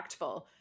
impactful